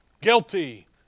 Guilty